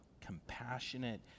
compassionate